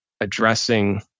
addressing